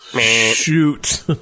Shoot